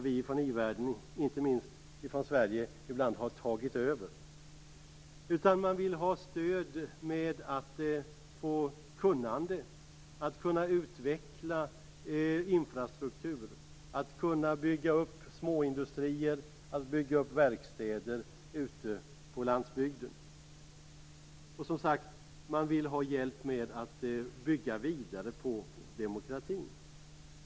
Vi från i-världen, inte minst från Sverige, har ibland tagit över. Man vill ha stöd vad gäller att skaffa kunnande. Man vill kunna utveckla infrastruktur och bygga upp småindustrier och verkstäder ute på landsbygden. Man vill som sagt ha hjälp med att bygga vidare på demokratin.